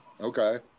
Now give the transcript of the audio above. Okay